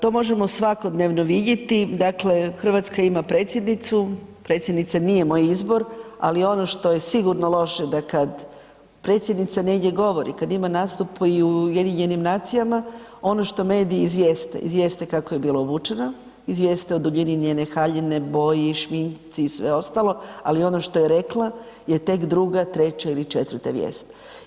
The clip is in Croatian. To možemo svakodnevno vidjeti, dakle Hrvatska ima predsjednicu, predsjednica nije moj izbor, ali ono što je sigurno loše da kad predsjednica negdje govori, kad ima nastup i u UN-u, ono što mediji izvijeste kako je bila obučena, izvijeste o duljini njene haljine, boji, šminci i sve ostalo, ali ono što je rekla je tek druga, treća ili četvrta vijest.